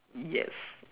yes